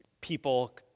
people